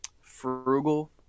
frugal